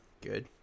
good